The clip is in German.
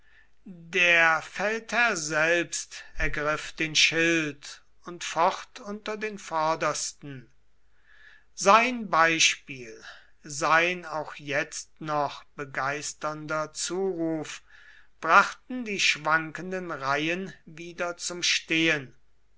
der feldherr selbst ergriff den schild und focht unter den vordersten sein beispiel sein auch jetzt noch begeisternder zuruf brachten die schwankenden reihen wieder zum stehen